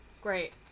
Great